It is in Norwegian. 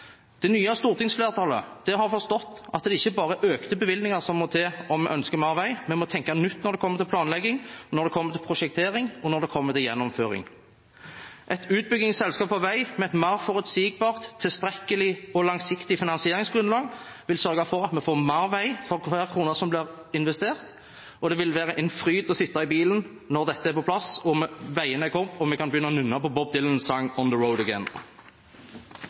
Det nye stortingsflertallet har forstått at det ikke bare er økte bevilgninger som må til om vi ønsker mer vei. Vi må tenke nytt når det kommer til planlegging, når det kommer til prosjektering, og når det kommer til gjennomføring. Et utbyggingsselskap for vei, med et mer forutsigbart, tilstrekkelig og langsiktig finansieringsgrunnlag, vil sørge for at vi får mer vei for hver krone som blir investert, og det vil være en fryd å sitte i bilen når dette er på plass, veiene har kommet og vi kan begynne å nynne på Bob Dylans sang «On the road again».